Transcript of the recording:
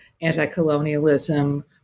anti-colonialism